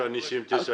ניסים סיים בבקשה.